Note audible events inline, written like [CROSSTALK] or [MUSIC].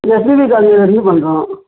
[UNINTELLIGIBLE] பண்ணுறோம்